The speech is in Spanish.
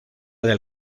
del